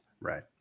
right